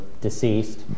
deceased